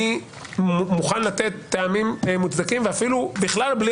אני מוכן לתת טעמים מוצדקים ואפילו בכלל בלי